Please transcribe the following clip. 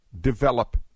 develop